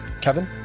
Kevin